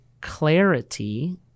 clarity